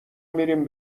میریم